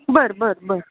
बरं बरं बरं